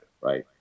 right